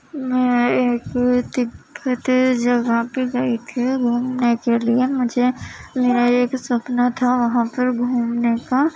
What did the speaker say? میں ایک تبّت جگہ پہ گئی تھی گھومنے کے لیے مجھے میرا ایک سپنا تھا وہاں پر گھومنے کا